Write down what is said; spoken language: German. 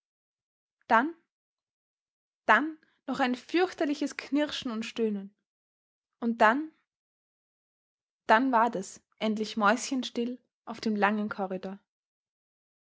dann dann noch ein fürchterliches knirschen und stöhnen und dann dann ward es endlich mäuschenstill auf dem langen korridor